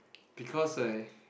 because I